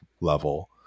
level